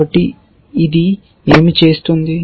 కాబట్టి ఇది ఏమి చేస్తోంది